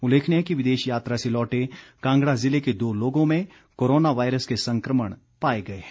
उल्लेखनीय है कि विदेश यात्रा से लौटे कांगड़ा ज़िले के दो लोगों में कोरोना वायरस के संक्रमण पाए गए हैं